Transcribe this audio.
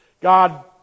God